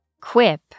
Quip